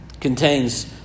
contains